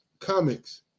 comics